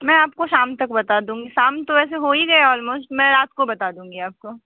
मैं आपको शाम तक बता दूँगी शाम तो वैसे हो ही गया ऑलमोश्ट मैं रात काे बता दूँगी आपको